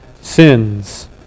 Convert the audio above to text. sins